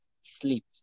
sleep